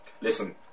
listen